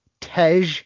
Tej